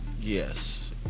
Yes